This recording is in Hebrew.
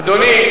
אדוני,